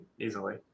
easily